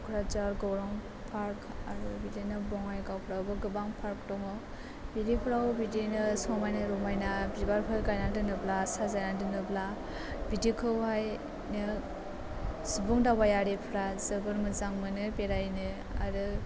क'क्राझार गौरां पार्क आरो बिदिनो बङाइगावफ्रावबो गोबां पार्क दङ बिदिफ्राव बिदिनो समायना रमायना बिबारफोर गायनानै दोनोब्ला साजायनानै दोनोब्ला बिदिखौहाय सुबुं दावबायारिफ्रा जोबोर मोजां मोनो बेरायनो आरो